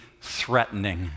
threatening